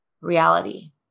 reality